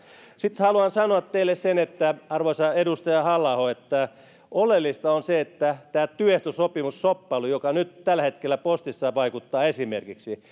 sitten haluan sanoa teille arvoisa edustaja halla aho että oleellista on se että tämä työehtosopimusshoppailu joka nyt tällä hetkellä vaikuttaa esimerkiksi